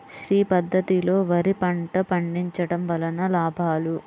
శ్రీ పద్ధతిలో వరి పంట పండించడం వలన లాభాలు?